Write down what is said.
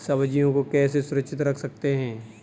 सब्जियों को कैसे सुरक्षित रख सकते हैं?